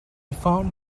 found